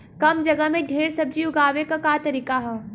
कम जगह में ढेर सब्जी उगावे क का तरीका ह?